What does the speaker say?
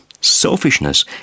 selfishness